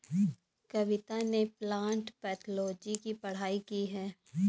कविता ने plant pathology की पढ़ाई की है